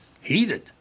Heated